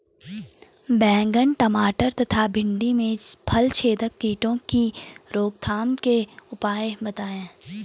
बैंगन टमाटर तथा भिन्डी में फलछेदक कीटों की रोकथाम के उपाय बताइए?